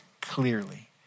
clearly